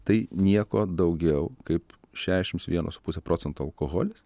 tai nieko daugiau kaip šešims vieno su puse procento alkoholis